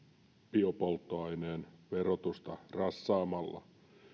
biopolttoaineen verotusta rassaamalla